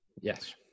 Yes